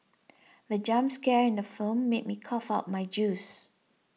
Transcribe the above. the jump scare in the firm made me cough out my juice